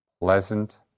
Pleasant